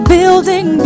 Building